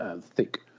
thick